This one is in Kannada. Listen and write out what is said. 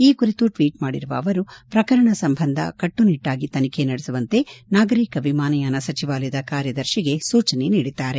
ಈ ಕುರಿತು ಟ್ವೀಟ್ ಮಾಡಿರುವ ಅವರು ಪ್ರಕರಣ ಸಂಬಂಧ ಕಟ್ಟು ನಿಟ್ಟಾಗಿ ತನಿಖೆ ನಡೆಸುವಂತೆ ನಾಗರಿಕ ವಿಮಾನಯಾನ ಸಚಿವಾಲಯದ ಕಾರ್ಯದರ್ಶಿಗೆ ಸೂಚನೆ ನೀಡಿದ್ದಾರೆ